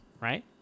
right